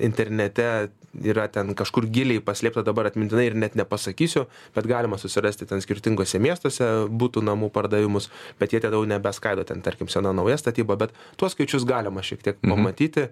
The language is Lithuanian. internete yra ten kažkur giliai paslėpta dabar atmintinai ir net nepasakysiu bet galima susirasti ten skirtinguose miestuose butų namų pardavimus bet jie toliau nebeskaido ten tarkim sena nauja statyba bet tuos skaičius galima šiek tiek pamatyti